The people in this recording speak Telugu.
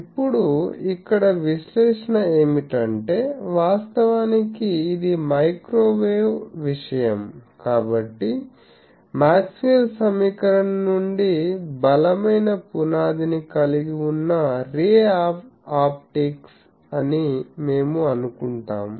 ఇప్పుడు ఇక్కడ విశ్లేషణ ఏమిటంటే వాస్తవానికి ఇది మైక్రోవేవ్ విషయం కాబట్టి మాక్స్వెల్ సమీకరణం నుండి బలమైన పునాదిని కలిగి ఉన్న రే ఆప్టిక్స్ అని మేము అనుకుంటాం